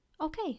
Okay